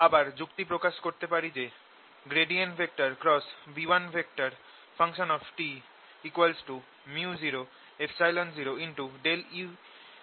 আবার যুক্তি প্রকাশ করতে পারি যে B1t µ00E0∂t